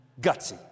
Gutsy